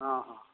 ହଁ ହଁ